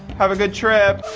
have a good trip.